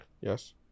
Yes